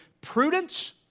prudence